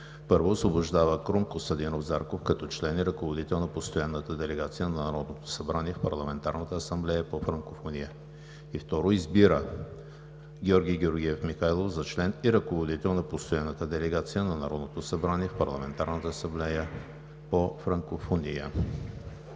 1. Освобождава Крум Костадинов Зарков като член и ръководител на постоянната делегация на Народното събрание в Парламентарната асамблея по франкофония. 2. Избира Георги Георгиев Михайлов за член и ръководител на постоянната делегация на Народното събрание в Парламентарната асамблея по франкофония.“